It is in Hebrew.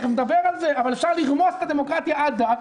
אבל אפשר לרמוס את הדמוקרטיה עד דק,